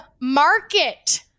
Market